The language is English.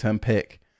pick